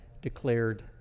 declared